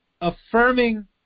affirming